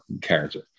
character